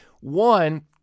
One